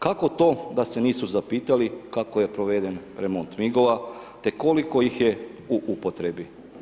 Kako to da se nisu zapitali kako je proveden remont MIG-ova te koliko ih je u upotrebi?